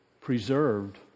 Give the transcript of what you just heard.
preserved